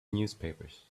newspapers